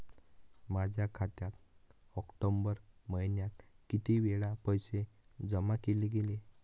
माझ्या खात्यात ऑक्टोबर महिन्यात किती वेळा पैसे जमा केले गेले?